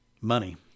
money